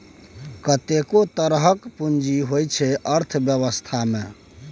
कतेको तरहक पुंजी होइ छै अर्थबेबस्था मे